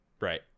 right